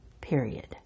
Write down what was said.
period